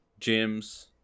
gyms